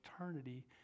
eternity